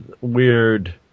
weird